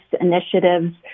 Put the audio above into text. initiatives